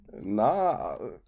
Nah